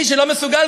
מי שלא מסוגל,